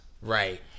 Right